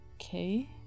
okay